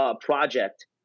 project